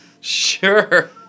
Sure